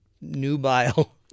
nubile